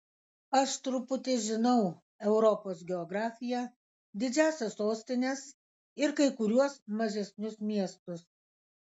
aš truputį žinau europos geografiją didžiąsias sostines ir kai kuriuos mažesnius miestus